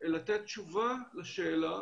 לתת תשובה לשאלה,